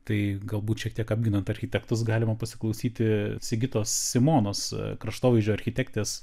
tai galbūt šiek tiek apginant architektus galima pasiklausyti sigitos simonos kraštovaizdžio architektės